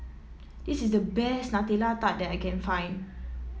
this is the best Nutella Tart that I can find